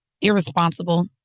irresponsible